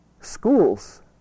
schools